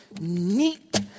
neat